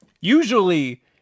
Usually